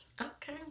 Okay